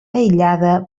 aïllada